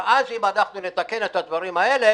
ואז אם אנחנו נתקן את הדברים האלה,